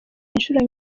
inshuro